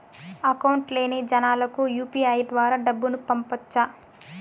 Account లేని జనాలకు UPI ద్వారా డబ్బును పంపొచ్చా?